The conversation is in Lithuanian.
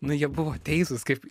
na jie buvo teisūs kaip